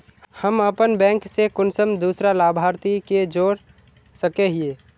हम अपन बैंक से कुंसम दूसरा लाभारती के जोड़ सके हिय?